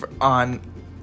on